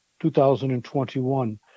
2021